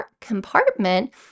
compartment